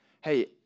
Hey